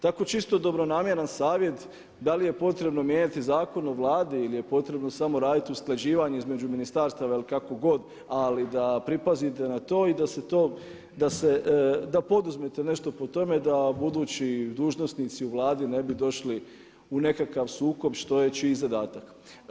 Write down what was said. Tako čisto dobronamjeran savjet da li je potrebno mijenjati zakon u Vladi ili je potrebno samo raditi usklađivanje između ministarstva ili kako god ali da pripazite na to i da poduzmete nešto po tome da budući dužnosnici u Vladi ne bi došli u nekakav sukob što je čiji zadatak.